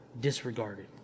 disregarded